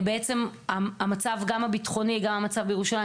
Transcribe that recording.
בעקבות המצב בירושלים,